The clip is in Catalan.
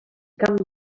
camp